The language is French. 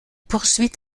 poursuit